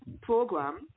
program